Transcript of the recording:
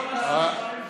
לממצאים שלנו.